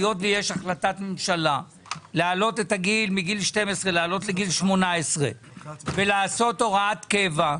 היות ויש החלטת ממשלה להעלות את הגיל מגיל 12 לגיל 18 ולעשות הוראת קבע,